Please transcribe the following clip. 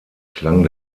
klang